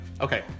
Okay